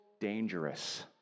dangerous